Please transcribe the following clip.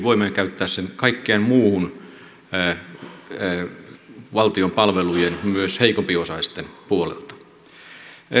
voimme käyttää sen kaikkiin muihin valtion palveluihin myös heikompiosaisten puolelle